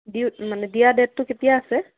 ডিউ মানে দিয়া ডেটতো কেতিয়া আছে